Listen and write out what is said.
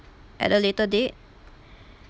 at a later date